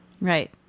Right